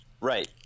right